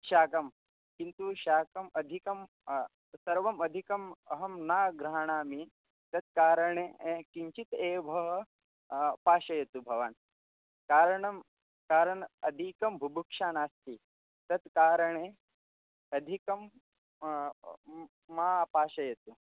शाकं किन्तु शाकम् अधिकं सर्वम् अधिकम् अहं न गृह्णामि तेन कारणेन किञ्चित् एव पाचयतु भवान् कारणं कारणम् अधिका बुभुक्षा नास्ति तेन कारणेन अधिकं मा पाचयतु